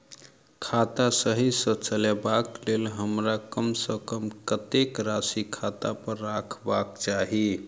खाता सही सँ चलेबाक लेल हमरा कम सँ कम कतेक राशि खाता पर रखबाक चाहि?